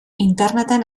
interneten